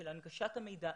של הנגשת המידע,